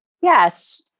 Yes